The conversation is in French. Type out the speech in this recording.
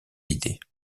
idées